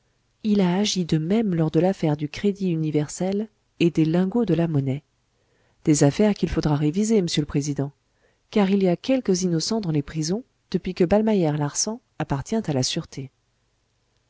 il a agi de même lors de l'affaire du crédit universel et des lingots de la monnaie des affaires qu'il faudra reviser m'sieur le président car il y a quelques innocents dans les prisons depuis que ballmeyerlarsan appartient à la sûreté